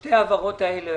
שתי ההעברות האלה,